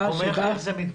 -- תומך איך זה מתבטא?